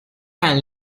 can